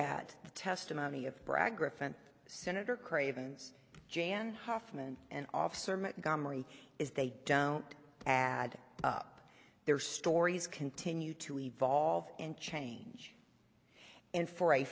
at the testimony of bragg griffen senator craven's jan huffman and officer comrie is they don't add up their stories continue to evolve and change and for a